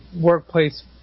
workplace